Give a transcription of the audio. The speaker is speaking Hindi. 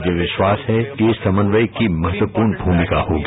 मुझे विश्वास है कि इस समन्वय की महत्वपूर्ण भूमिका होगी